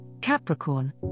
Capricorn